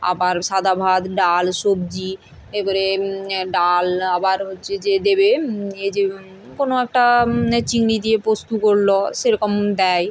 আবার সাদা ভাত ডাল সবজি এবারে ডাল আবার হচ্ছে যে দেবে এই যে কোনো একটা চিংড়ি দিয়ে পোস্ত করল সেরকম দেয়